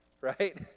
right